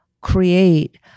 create